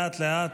לאט-לאט.